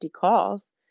calls